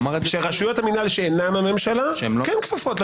שרשויות המינהל שאינן הממשלה כפופות,